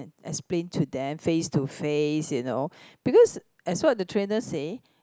explain to them face to face you know